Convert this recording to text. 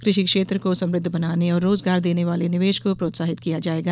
कृषि क्षेत्र को समृद्ध बनाने और रोजगार देने वाले निवेश को प्रोत्साहित किया जायेगा